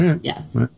Yes